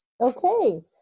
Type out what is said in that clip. okay